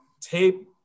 tape